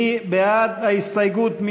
מי בעד ההסתייגות?